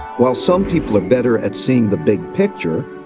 while some people are better at seeing the big picture,